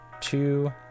two